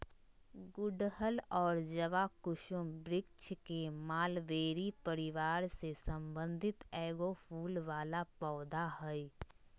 गुड़हल और जवाकुसुम वृक्ष के मालवेसी परिवार से संबंधित एगो फूल वला पौधा हइ